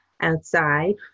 outside